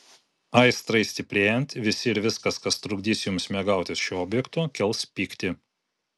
aistrai stiprėjant visi ir viskas kas trukdys jums mėgautis šiuo objektu kels pyktį